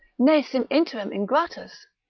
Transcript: ne sim interim ingratus,